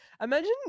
Imagine